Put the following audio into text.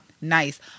nice